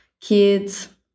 kids